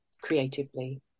creatively